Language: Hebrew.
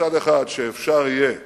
מצד אחד, שאפשר יהיה